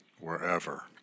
wherever